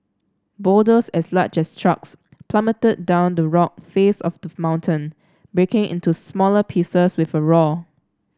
boulders as large as trucks plummeted down the rock face of the mountain breaking into smaller pieces with a roar